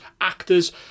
actors